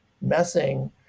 messing